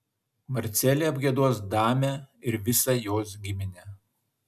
marcelė apgiedos damę ir visą jos giminę